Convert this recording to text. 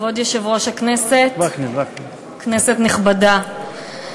כבוד יושב-ראש הכנסת, כנסת נכבדה,